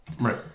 right